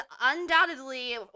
undoubtedly